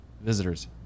visitors